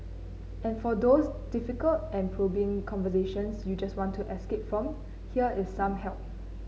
and for those difficult and probing conversations you just want to escape from here is some help